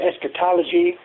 eschatology